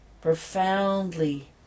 profoundly